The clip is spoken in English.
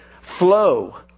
flow